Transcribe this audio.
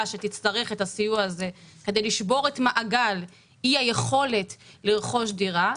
שתצטרך את הסיוע הזה כדי לשבור את מעגל אי היכולת לרכוש דירה,